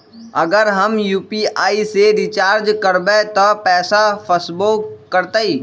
अगर हम यू.पी.आई से रिचार्ज करबै त पैसा फसबो करतई?